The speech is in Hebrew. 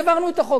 והעברנו את החוק,